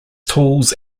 tools